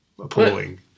appalling